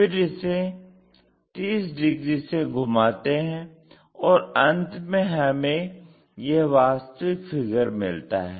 फिर इसे 30 डिग्री से घुमाते है और अंत में हमें यह वास्तविक फिगर मिलता है